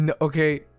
Okay